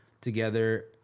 together